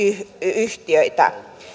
yhtiöitä